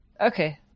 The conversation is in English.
Okay